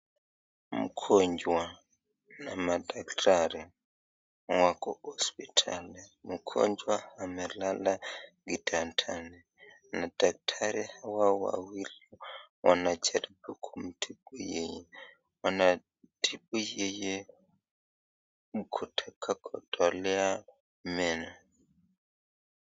Mgonjwa na madaktari wako hospitali mgonjwa amelala kitandani na daktari hawa wawili wanajaribu kumtibu yeye anatibu yeye kutolea meno .